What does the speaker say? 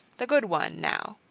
the good one, now.